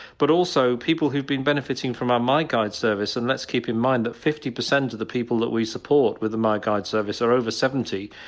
but also, people who have been benefiting from our my guide service, and let's keep in mind that fifty percent of the people that we support with the my guide service are over seventy,